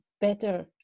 better